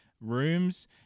rooms